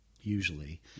usually